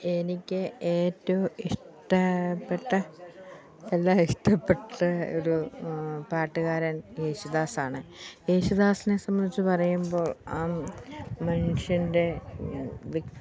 എനിക്ക് ഏറ്റവും ഇഷ്ടപ്പെട്ട എല്ലാ ഇഷ്ടപ്പെട്ട ഒരു പാട്ടുകാരൻ യേശുദാസാണ് യേശുദാസിനെ സംബന്ധിച്ച് പറയുമ്പോൾ ആ മനുഷ്യൻ്റെ